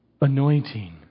anointing